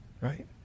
Right